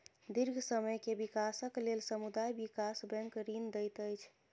दीर्घ समय के विकासक लेल समुदाय विकास बैंक ऋण दैत अछि